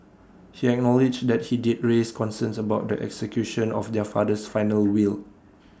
he acknowledged that he did raise concerns about the execution of their father's final will